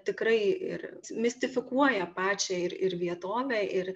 tikrai ir mistifikuoja pačią ir ir vietovę ir